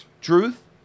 Truth